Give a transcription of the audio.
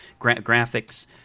graphics